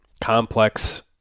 complex